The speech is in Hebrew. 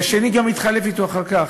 והשני התחלף אתו אחר כך.